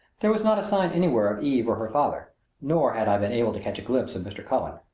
there was not a sign anywhere of eve or her father nor had i been able to catch a glimpse of mr. cullen.